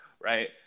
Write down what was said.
right